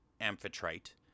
Amphitrite